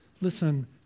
Listen